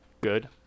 good